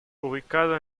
ubicado